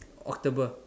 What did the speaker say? October